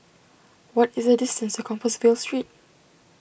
what is the distance to Compassvale Street